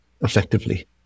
effectively